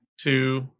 two